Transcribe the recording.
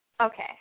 Okay